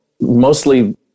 mostly